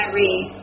read